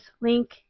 link